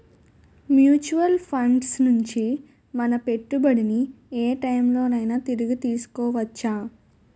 Mutual funds నుండి మన పెట్టుబడిని ఏ టైం లోనైనా తిరిగి తీసుకోవచ్చా?